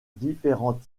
différents